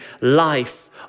life